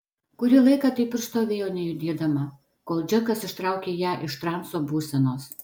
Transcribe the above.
kurį laiką taip ir stovėjo nejudėdama kol džekas ištraukė ją iš transo būsenos